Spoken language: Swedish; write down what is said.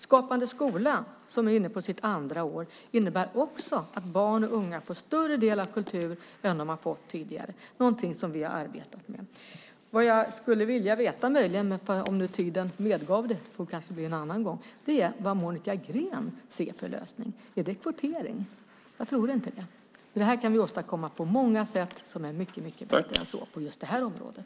Skapande skola, som är inne på sitt andra år, innebär också att barn och unga får större del av kulturen än de har fått tidigare, någonting som vi har arbetat för. Vad jag hade velat veta om tiden hade medgett det - det får kanske bli en annan gång - är vad Monica Green ser för lösning. Är det kvotering? Jag tror inte det. Det här kan vi åstadkomma på många sätt som är mycket bättre än så på just det här området.